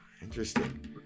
Interesting